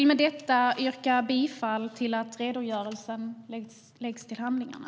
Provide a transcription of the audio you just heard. Med detta yrkar jag bifall till förslaget att redogörelsen läggs till handlingarna.